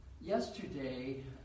Yesterday